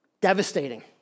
Devastating